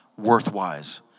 worthwise